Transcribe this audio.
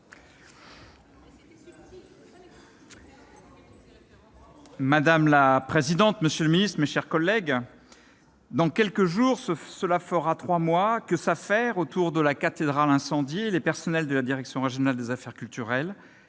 Madame la présidente, monsieur le ministre, mes chers collègues, dans quelques jours, il y aura trois mois que s'affairent, autour de la cathédrale incendiée, les personnels de la direction régionale des affaires culturelles,